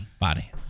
body